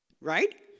Right